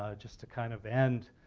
ah just to kind of end,